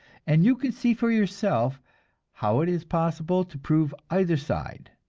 and you can see for yourself how it is possible to prove either side,